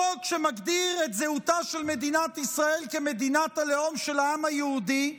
בחוק שמגדיר את זהותה של מדינת ישראל כמדינת הלאום של העם היהודי,